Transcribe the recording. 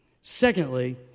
Secondly